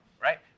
right